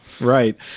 Right